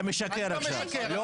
אתה משקר עכשיו אתה